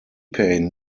pain